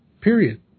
Period